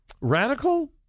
Radical